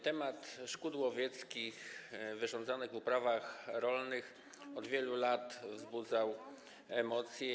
Temat szkód łowieckich wyrządzanych w uprawach rolnych od wielu lat wzbudzał emocje.